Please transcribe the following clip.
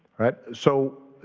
right? so